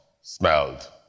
smelled